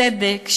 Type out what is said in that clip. צדק,